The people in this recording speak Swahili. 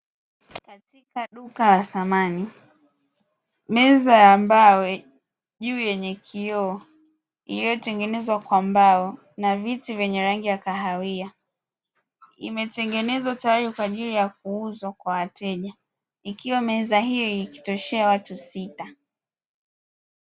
Katika duka la samani, meza ya mbao juu yenye kioo iliyotengenezwa kwa mbao, na viti vyenye rangi ya kahawia. Imetengenezwa tayari kwa ajili ya kuuzwa kwa wateja, ikiwa meza hiyo ikitoshea watu sita.